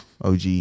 OG